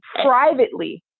privately